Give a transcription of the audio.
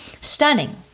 stunning